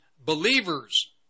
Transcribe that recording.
believers